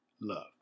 Love